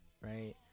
right